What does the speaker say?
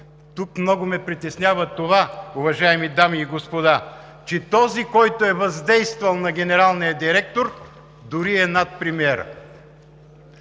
Много ме притеснява това, уважаеми дами и господа, че този, който е въздействал на генералния директор, дори е над премиера.